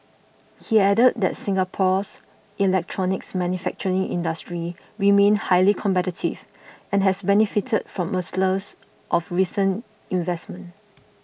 he added that Singapore's electronics manufacturing industry remained highly competitive and has benefited from a of recent investments